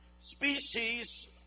species